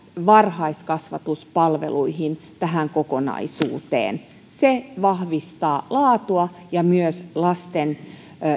varhaiskasvatuspalveluihin tähän kokonaisuuteen se vahvistaa laatua ja myös lasten